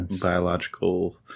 biological